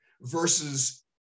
versus